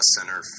center